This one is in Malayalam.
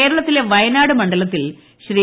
കേരളത്തിലെ വയനാട് മണ്ഡലത്തിൽ ശ്രീ